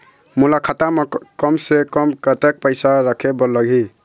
मोला खाता म कम से कम कतेक पैसा रखे बर लगही?